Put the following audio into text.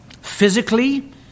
Physically